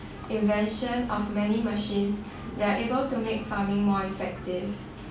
invention of many machines they're able to make farming more effective